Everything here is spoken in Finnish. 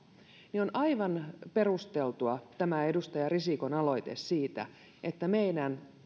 niin on aivan perusteltu tämä edustaja risikon aloite siitä että meidän